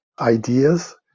ideas